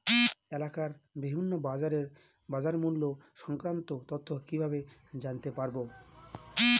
এলাকার বিভিন্ন বাজারের বাজারমূল্য সংক্রান্ত তথ্য কিভাবে জানতে পারব?